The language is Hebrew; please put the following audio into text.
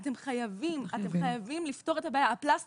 אבל אתם חייבים, אתם חייבים לפתור את הבעיה.